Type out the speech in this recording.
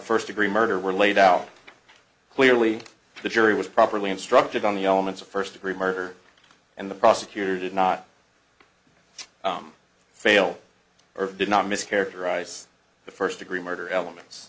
first degree murder were laid out clearly the jury was properly instructed on the elements of first degree murder and the prosecutor did not fail or did not miss characterize the first degree murder elements